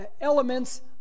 elements